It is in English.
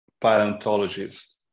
paleontologist